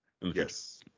Yes